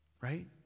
Right